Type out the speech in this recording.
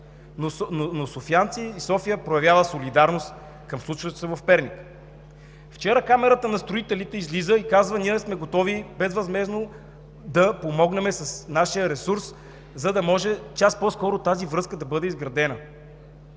но софиянци и София проявяват солидарност към случващото се в Перник. Вчера Камарата на строителите излиза и казва: „Ние сме готови безвъзмездно да помогнем с нашия ресурс, за да може час по-скоро тази връзка да бъде изградена.“